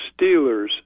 Steelers